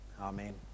Amen